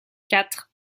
quatre